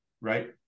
right